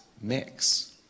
mix